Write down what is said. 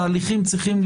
תהליכים צריכים,